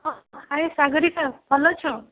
ହଁ ଆରେ ସାଗରିକା ଭଲ ଅଛ